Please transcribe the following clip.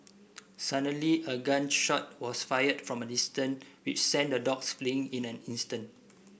suddenly a gun shot was fired from a distance which sent the dogs fleeing in an instant